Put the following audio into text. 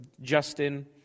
Justin